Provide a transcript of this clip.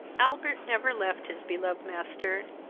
albert never left his beloved master,